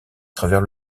travers